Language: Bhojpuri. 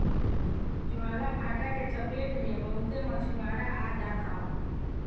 ज्वारभाटा के चपेट में बहुते मछुआरा आ जात हवन